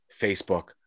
Facebook